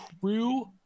crew